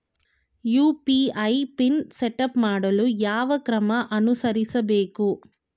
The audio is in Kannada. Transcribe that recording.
ಯು.ಪಿ.ಐ ಪಿನ್ ಸೆಟಪ್ ಮಾಡಲು ಯಾವ ಕ್ರಮ ಅನುಸರಿಸಬೇಕು?